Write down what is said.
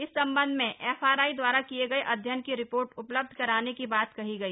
इस संबंध में एफआरआई द्वारा किये गये अध्ययन की रिपोर्ट उपलब्ध कराने की बात कही गई